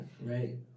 right